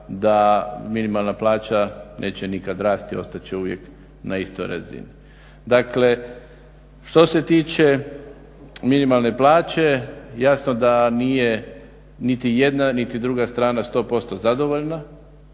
da minimalna plaća neće nikad rasti, ostat će uvijek na istoj razini. Dakle, što se tiče minimalne plaće jasno da nije niti jedna niti druga strana 100% zadovoljna.